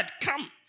come